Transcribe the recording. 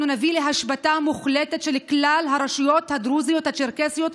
ואנחנו נביא להשבתה מוחלטת של כלל הרשויות הדרוזיות והצ'רקסיות.